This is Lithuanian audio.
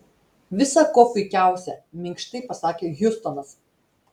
visa kuo puikiausia minkštai pasakė hjustonas